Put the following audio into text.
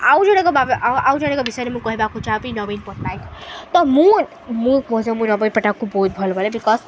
ଆଉ ଜଣେକ ବା ଆଉ ଆଉ ଜଣେ ବିଷୟରେ ମୁଁ କହିବାକୁ ଚାହିଁବି ନବୀନ ପଟ୍ଟନାୟକ ତ ମୁଁ ମୁଁ କହୁଛେ ମୁଁ ନବୀନ ପଟ୍ଟନାୟକକୁ ବହୁତ ଭଲପାଏ ବିକଜ